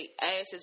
asses